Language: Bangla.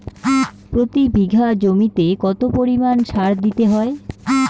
প্রতি বিঘা জমিতে কত পরিমাণ সার দিতে হয়?